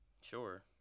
Sure